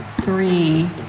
three